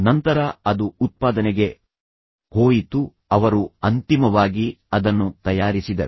ನಂತರ ಅದು ಉತ್ಪಾದನೆಗೆ ಹೋಯಿತು ಅವರು ಅಂತಿಮವಾಗಿ ಅದನ್ನು ತಯಾರಿಸಿದರು